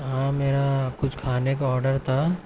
ہاں میرا کچھ کھانے کا آڈر تھا